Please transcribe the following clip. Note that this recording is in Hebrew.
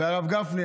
הרב גפני,